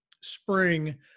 spring